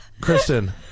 Kristen